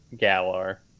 Galar